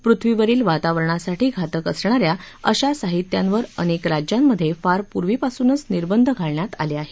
पृथ्वीवरील वातावरणासाठी घातक असणाऱ्या अशा साहीत्यांवर अनेक राज्यांमध्ये फार पुर्वीपासूनच निर्बंध घालण्यात आले आहेत